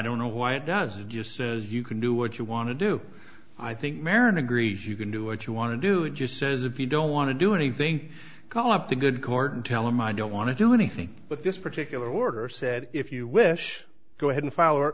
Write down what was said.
don't know why it does it just says you can do what you want to do i think marin agrees you can do what you want to do it just says if you don't want to do anything call up the good court and tell him i don't want to do anything but this particular order said if you wish go ahead and f